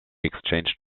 exchange